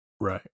Right